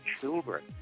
children